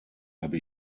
habe